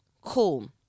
cool